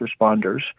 responders